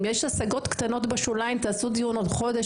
אם יש השגות קטנות בשוליים תעשו דיון עוד חודש,